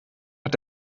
hat